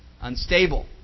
unstable